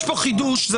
יש פה חידוש, זה